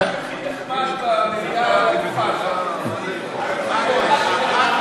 חבר הכנסת הכי נחמד במליאה על הדוכן ואתם מפריעים לו,